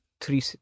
three